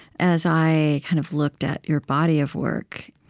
as i kind of looked at your body of work,